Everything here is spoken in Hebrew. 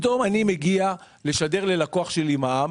אני מגיע לשדר ללקוח שלי מע"מ